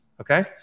okay